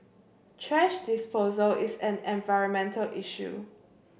thrash disposal is an environmental issue